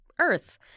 Earth